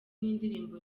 n’indirimbo